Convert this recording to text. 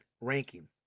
ranking